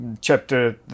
chapter